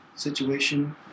Situation